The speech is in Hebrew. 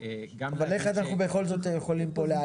איך אפשר בכל זאת לעגן?